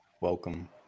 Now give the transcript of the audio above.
welcome